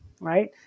Right